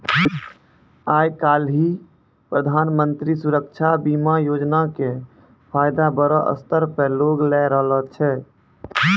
आइ काल्हि प्रधानमन्त्री सुरक्षा बीमा योजना के फायदा बड़ो स्तर पे लोग लै रहलो छै